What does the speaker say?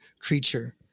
creature